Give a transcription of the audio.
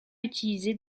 utilisés